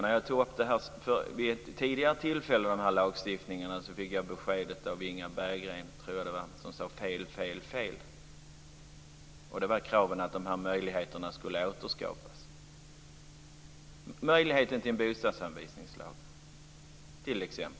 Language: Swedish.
När jag tog upp den här lagstiftningen vid ett tidigare tillfälle fick jag beskedet av Inga Berggren, tror jag det var, att det var fel. Det gällde kravet att möjligheten till en bostadsanvisningslag skulle återskapas.